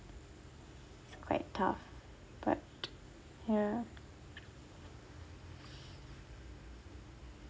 it's quite tough but ya